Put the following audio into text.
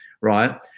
right